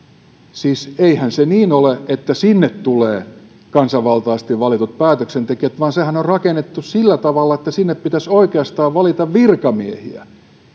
siis eihän se niin ole että sinne tulee kansanvaltaisesti valitut päätöksentekijät vaan sehän on rakennettu sillä tavalla että sinne pitäisi oikeastaan valita virkamiehiä